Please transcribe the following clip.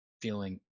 feeling